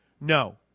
No